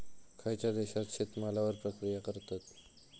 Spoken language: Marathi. खयच्या देशात शेतमालावर प्रक्रिया करतत?